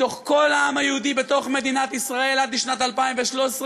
מכל העם היהודי בתוך מדינת ישראל, עד שנת 2013,